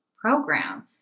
program